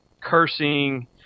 Cursing